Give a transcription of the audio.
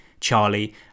Charlie